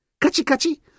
Kachi-kachi